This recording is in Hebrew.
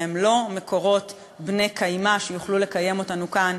והם לא מקורות בני-קיימא שיוכלו לקיים אותנו כאן